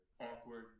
Awkward